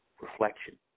reflection